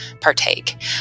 partake